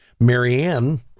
Marianne